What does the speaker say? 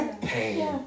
Pain